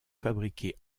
fabriqués